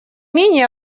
менее